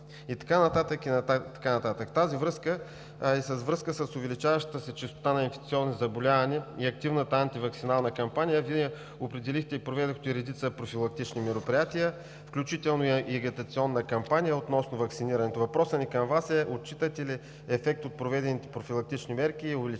и така нататък. В тази връзка и във връзка с увеличаващата се честота на инфекциозни заболявания и активната антиваксинална кампания Вие определихте и проведохте редица профилактични мероприятия, включително и агитационна кампания относно ваксинирането. Въпросът ми към Вас е: отчитате ли ефект от проведените профилактични мерки и увеличен